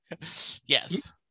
yes